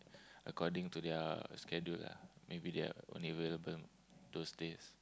according to their schedule lah maybe they are unavailable those days